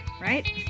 right